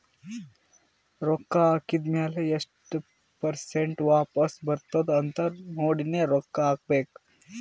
ರೊಕ್ಕಾ ಹಾಕಿದ್ ಮ್ಯಾಲ ಎಸ್ಟ್ ಪರ್ಸೆಂಟ್ ವಾಪಸ್ ಬರ್ತುದ್ ಅಂತ್ ನೋಡಿನೇ ರೊಕ್ಕಾ ಹಾಕಬೇಕ